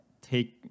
take